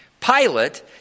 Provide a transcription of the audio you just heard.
Pilate